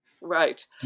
Right